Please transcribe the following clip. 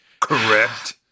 Correct